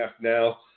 now